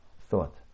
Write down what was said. thought